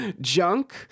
Junk